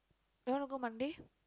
you wanna go Monday